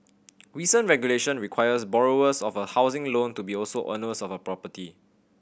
recent regulation requires borrowers of a housing loan to also be owners of a property